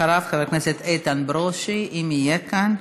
אחריו, איתן ברושי, אם יהיה כאן.